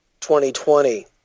2020